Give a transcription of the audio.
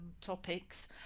topics